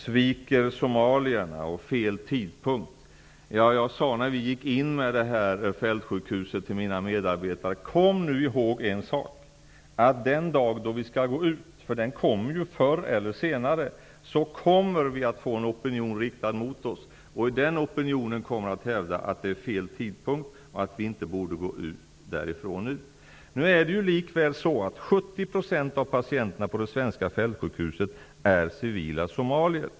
''Sviker somalierna'' och ''fel tidpunkt''. Jag sade följande till mina medarbetare när Sverige kom till Somalia med fältsjukhuset. ''Kom ihåg en sak. Den dag vi skall gå ut -- den kommer förr eller senare -- kommer vi att få en opinion riktad mot oss. Den opinionen kommer att hävda att det är fel tidpunkt och att vi inte borde gå därifrån än.'' Nu är det likväl så att 70 % av patienterna på det svenska fältsjukhuset är civila somalier.